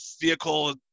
vehicle